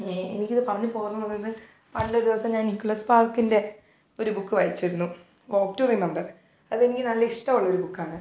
എനിക്കിത് പറഞ്ഞു പോകുന്നു പറയുന്നത് അന്നൊരു ദിവസം ഞാൻ നിക്കൊളാസ് പാർക്കിന്റെ ഒരു ബുക്ക് വായിച്ചിരുന്നു വാക് ടു റിമെബർ അതെനിക്ക് നല്ലിഷ്ടവുള്ളൊരു ബുക്കാണ്